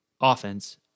offense